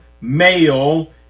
male